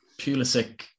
Pulisic